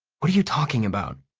what are you talking about?